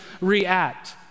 react